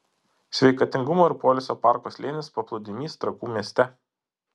sveikatingumo ir poilsio parko slėnis paplūdimys trakų mieste